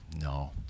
No